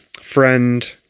friend